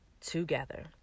together